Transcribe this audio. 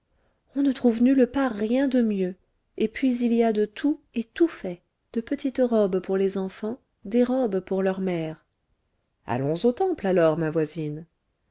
on ne trouve nulle part rien de mieux et puis il y a de tout et tout fait de petites robes pour les enfants des robes pour leur mère allons au temple alors ma voisine